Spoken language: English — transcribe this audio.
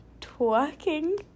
twerking